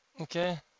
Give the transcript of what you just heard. Okay